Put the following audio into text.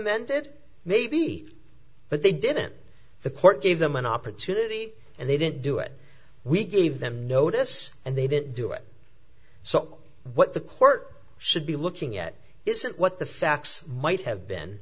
amended maybe but they did in the court gave them an opportunity and they didn't do it we gave them notice and they didn't do it so what the court should be looking at isn't what the facts might have been